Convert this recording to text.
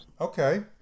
Okay